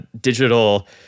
digital